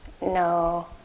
No